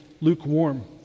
lukewarm